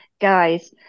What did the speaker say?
guys